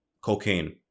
cocaine